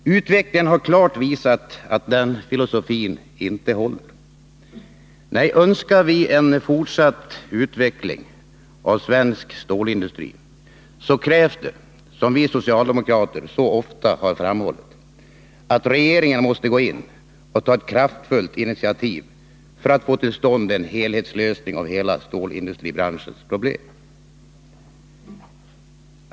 Utvecklingen har klart visat att den filosofin inte håller. Nej, önskar vi en fortsatt utveckling av svensk stålindustri så krävs det, som vi socialdemokrater så ofta har framhållit, att regeringen går in och tar ett kraftfullt initiativ för att få till stånd en helhetslösning av hela stålindustribranschens problem.